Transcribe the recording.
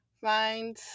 find